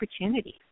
opportunities